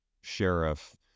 sheriff